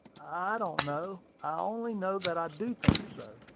i don't know i only know that i do think so.